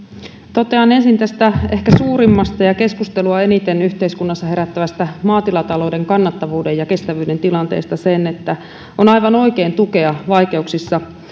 totean ensin tästä ehkä suurimmasta ja keskustelua eniten yhteiskunnassa herättävästä maatilatalouden kannattavuuden ja kestävyyden tilanteesta sen että on aivan oikein tukea vaikeuksissa